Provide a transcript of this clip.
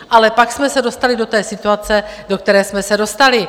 Ale pak jsme se dostali do té situace, do které jsme se dostali.